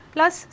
Plus